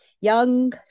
young